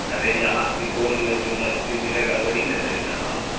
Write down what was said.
ارے یہاں سپول میں جو مچھلی ملے گا وہی نہیں دیں گے ہم